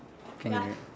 can can